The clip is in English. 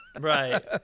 right